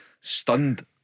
stunned